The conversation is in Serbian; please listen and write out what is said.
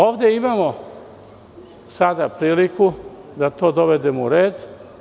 Ovde imamo sada priliku da to dovedemo u red.